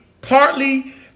partly